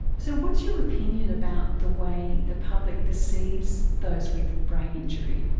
so what's your opinion about the way the public perceives those with brain injury?